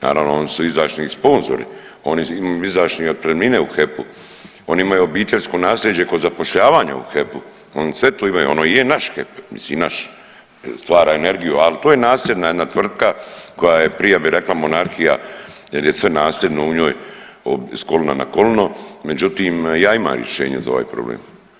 Naravno oni su izdašni i sponzori, oni izdašne otpremnine u HEP-u, oni imaju obiteljsko nasljeđe kod zapošljavanja u HEP-u oni sve to imaju, ono je naš HEP, mislim naš, stvara energiju, ali to je nasljedna jedna tvrtka koja je bi rekla monarhija jer je sve nasljedno u njoj s kolina na kolino, međutim ja imam rješenje za ovaj problem.